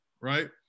right